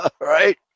Right